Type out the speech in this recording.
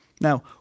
Now